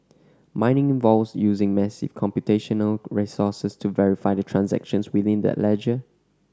mining involves using massive computational resources to verify the transactions within that ledger